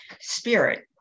spirit